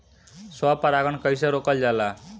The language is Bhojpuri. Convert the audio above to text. स्व परागण कइसे रोकल जाला?